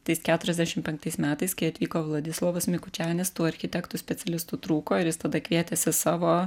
tais keturiasdešim penktais metais kai atvyko vladislovas mikučianis tų architektų specialistų trūko ir jis tada kvietėsi savo